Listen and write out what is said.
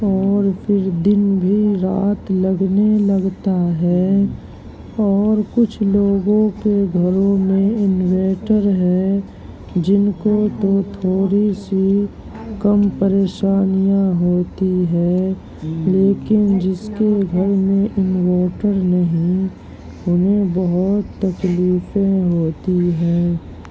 اور پھر دن بھی رات لگنے لگتا ہے اور کچھ لوگوں کے گھروں میں انویٹر ہے جن کو تو تھوڑی سی کم پریشانیاں ہوتی ہے لیکن جس کے گھر میں انویٹر نہیں انہیں بہت تکلیفیں ہوتی ہے